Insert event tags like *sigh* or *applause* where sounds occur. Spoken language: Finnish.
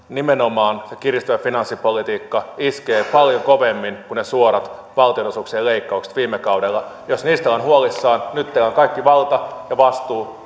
nimenomaan se kiristävä finanssipolitiikka iskee paljon kovemmin kuin ne suorat valtionosuuksien leikkaukset viime kaudella jos niistä on huolissaan nyt teillä on kaikki valta ja vastuu *unintelligible*